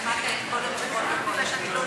שמעת את כל התשובות על כל השאלות שלך,